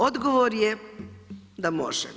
Odgovor je da može.